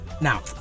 now